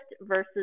versus